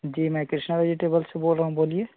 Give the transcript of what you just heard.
जी मैं कृष्णा वेजिटेबल से बोल रहा हूँ बोलिए